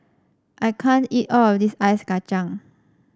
I can't eat all of this Ice Kachang